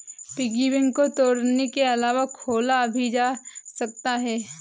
piggy bank को तोड़ने के अलावा खोला भी जा सकता है